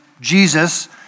Jesus